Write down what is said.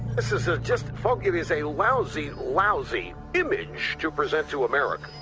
this is ah just folks, it is a lousy, lousy image to present to america.